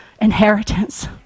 inheritance